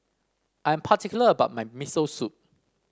I am particular about my Miso Soup